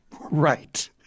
Right